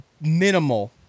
minimal